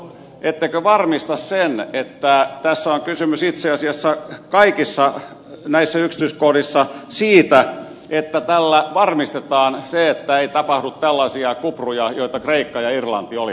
ettekö varmista sitä että tässä on kysymys itse asiassa kaikissa näissä yksityiskohdissa siitä että tällä varmistetaan se että ei tapahdu tällaisia kupruja joita kreikka ja irlanti olivat